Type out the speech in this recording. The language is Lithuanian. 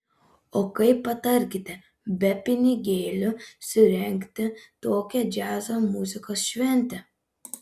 o kaip patarkite be pinigėlių surengti tokią džiazo muzikos šventę